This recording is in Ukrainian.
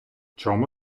чому